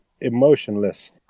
emotionless